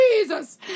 Jesus